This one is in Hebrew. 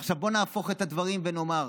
עכשיו בואו נהפוך את הדברים ונאמר: